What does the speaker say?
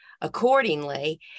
accordingly